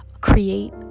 create